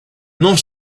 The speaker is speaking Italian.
non